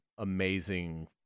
amazing